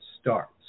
starts